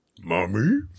mommy